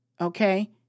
Okay